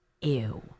Ew